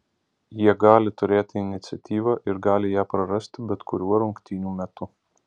jie gali turėti iniciatyvą ir gali ją prarasti bet kuriuo rungtynių metu